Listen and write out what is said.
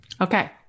Okay